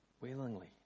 willingly